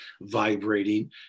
vibrating